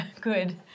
good